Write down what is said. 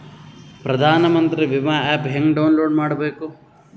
ಪ್ರಧಾನಮಂತ್ರಿ ವಿಮಾ ಆ್ಯಪ್ ಹೆಂಗ ಡೌನ್ಲೋಡ್ ಮಾಡಬೇಕು?